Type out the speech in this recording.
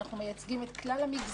אנחנו מייצגים את כלל המגזרים,